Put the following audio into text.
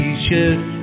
T-shirt